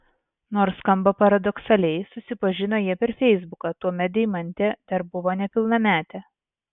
nors skamba paradoksaliai susipažino jie per feisbuką tuomet deimantė dar buvo nepilnametė